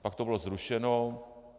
Pak to bylo zrušeno.